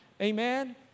Amen